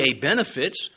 benefits